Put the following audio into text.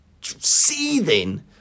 seething